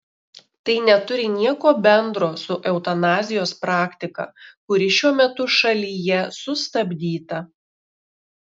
tai neturi nieko bendro su eutanazijos praktika kuri šiuo metu šalyje sustabdyta